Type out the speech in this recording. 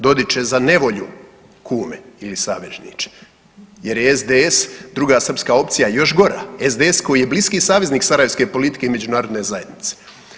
Dodiče za nevolju kume ili savezniče jer je SDS druga srpska opcija još gora, SDS koji je bliski saveznih sarajevske politike i međunarodne zajednice.